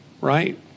right